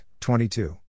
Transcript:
22